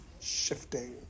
shifting